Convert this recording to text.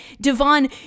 Devon